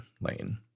lane